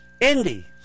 Indy